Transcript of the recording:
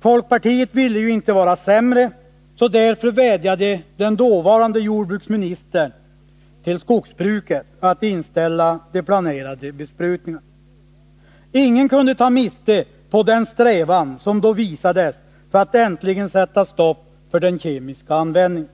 Folkpartiet ville ju inte vara sämre, så därför vädjade den dåvarande jordbruksministern till skogsbruket att inställa de planerade besprutningarna. Ingen kunde ta miste på den strävan som då visades för att äntligen sätta stopp för användningen av kemiska bekämpningsmedel.